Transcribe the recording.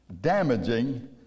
damaging